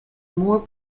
more